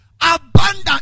Abandon